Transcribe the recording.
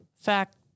fact